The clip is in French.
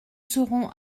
serons